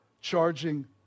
charging